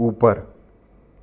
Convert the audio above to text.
ऊपर